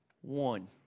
one